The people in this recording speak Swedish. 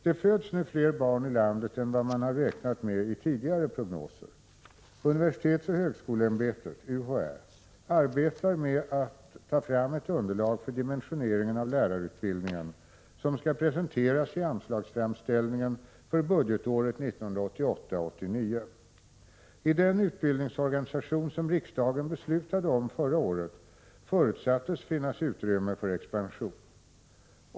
Det föds nu fler barn i landet än vad man har räknat med i tidigare prognoser. Universitetsoch högskoleämbetet arbetar med att ta fram ett underlag för dimensioneringen av lärarutbildningen som skall presenteras i anslagsframställningen för budgetåret 1988/89. I den utbildningsorganisation som riksdagen beslutade om förra året förutsattes finnas utrymme för expansion.